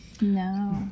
No